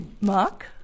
Mark